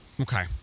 Okay